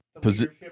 position